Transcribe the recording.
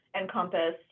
encompass